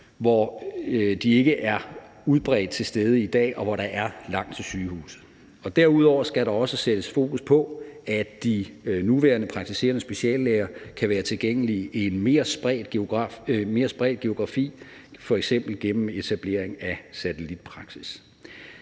hvor de ikke er udbredt til stede i dag, og hvor der er langt til sygehuset. Derudover skal der også sættes fokus på, at de nuværende praktiserende speciallæger kan være tilgængelige i en mere spredt geografi, f.eks. gennem etablering af satellitpraksis.